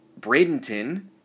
Bradenton